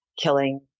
killing